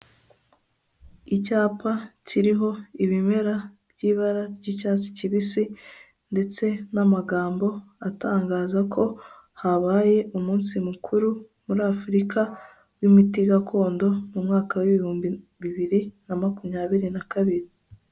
Icyapa kiriho ibimera by'ibara ry'icyatsi kibisi, ndetse n'amagambo atangaza ko habaye umunsi mukuru muri afurika w'imiti gakondo mu mwaka w'ibihumbi bibiri na makumyabiri naka kabiri.